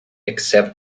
except